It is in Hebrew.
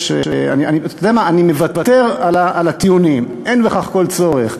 אני מוותר על הטיעונים, אין בכך כל צורך.